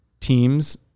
teams